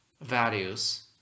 values